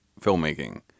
filmmaking